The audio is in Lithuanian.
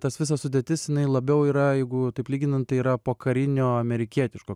tas visa sudėtis jinai labiau yra jeigu taip lyginant tai yra pokarinio amerikietiško